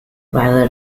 rather